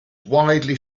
widely